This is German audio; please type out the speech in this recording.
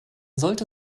sollte